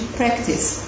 practice